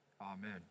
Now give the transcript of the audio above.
Amen